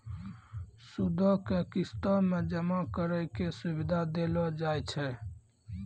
सूदो के किस्तो मे जमा करै के सुविधा देलो जाय छै